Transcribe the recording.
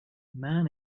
man